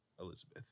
Elizabeth